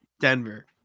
Denver